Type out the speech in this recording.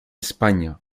españa